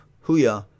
Huya